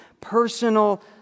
personal